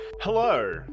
Hello